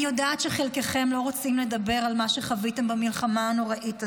אני יודעת שחלקכם לא רוצים לדבר על מה שחוויתם במלחמה הנוראית הזאת,